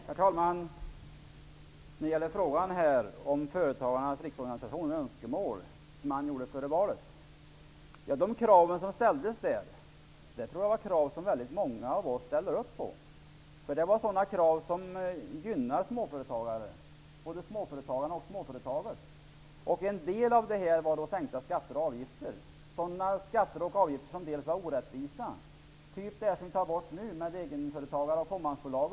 Herr talman! De krav som ställdes av Företagarnas riksorganisation före valet tror jag är krav som många av oss ställer upp på. Det var sådana krav som gynnar småföretagarna och småföretagen. En del av kraven gällde sänkta skatter och avgifter. Det var bl.a. fråga om sådana skatter och avgifter som var orättvisa -- av den typ som vi tar bort nu som gäller egenföretagare och fåmansbolag.